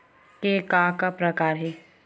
के का का प्रकार हे?